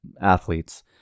athletes